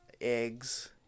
eggs